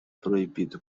proibido